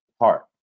heart